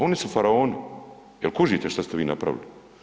Oni su faraoni, jel kužite šta ste vi napravili?